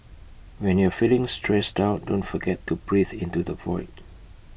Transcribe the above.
when you are feeling stressed out don't forget to breathe into the void